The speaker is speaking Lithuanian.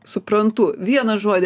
suprantu vieną žodį